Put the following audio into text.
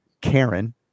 Karen